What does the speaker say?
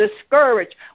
discouraged